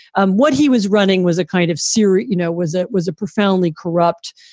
um what he was running was a kind of syrett, you know, was it was a profoundly corrupt,